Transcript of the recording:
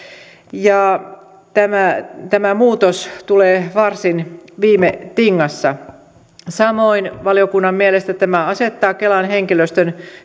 ja tämä tämä muutos tulee varsin viime tingassa samoin valiokunnan mielestä tämä asettaa kelan henkilöstön